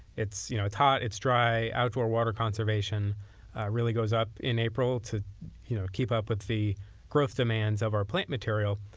it's you know it's hot. it's dry. outdoor water conservation really goes up in april to you know keep up with the growth demands of our plant material,